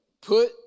Put